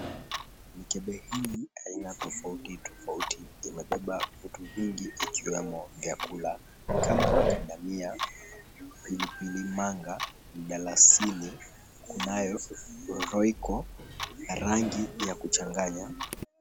Mkebe hii aina tofauti tofauti imebeba vitu vingi ikiwemo vyakula kama kadamia, pilipili manga, mdalasini, kunayo royco rangi ya kuchanganya.